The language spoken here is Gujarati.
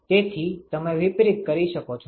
તેથી તમે વિપરીત કરી શકો છો